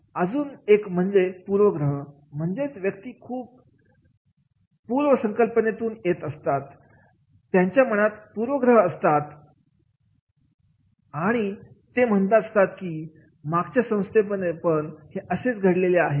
अजून एक म्हणजे पूर्वग्रह म्हणजेच खूप व्यक्ती है पूर्व संकल्पनेत येत असतात त्यांच्या मनात पूर्वग्रह असतात आणि ते म्हणत असतात की मागच्या संस्थेमध्ये पण हे असेच घडलेले आहे